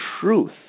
truth